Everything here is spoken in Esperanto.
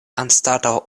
anstataŭ